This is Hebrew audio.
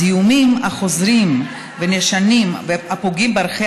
הזיהומים החוזרים ונשנים הפוגעים בערכי